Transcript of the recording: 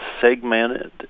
segmented